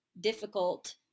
difficult